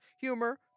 humor